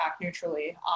neutrally